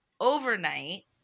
overnight